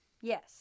Yes